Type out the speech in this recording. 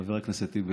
חבר הכנסת טיבי,